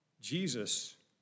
Jesus